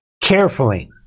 carefully